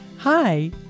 hi